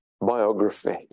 biography